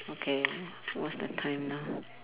okay what's the time now